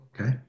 okay